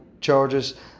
charges